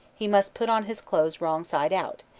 he must put on his clothes wrong side out,